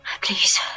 Please